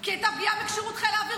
כי הייתה פגיעה בכשירות חיל האוויר.